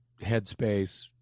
headspace